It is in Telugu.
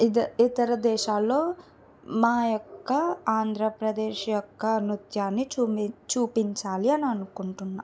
ఇతర ఇతర దేశాల్లో మా యొక్క ఆంధ్రప్రదేశ్ యొక్క నృత్యాన్ని చూపిం చూపించాలి అని అనుకుంటున్నా